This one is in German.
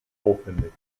aufwendig